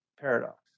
paradox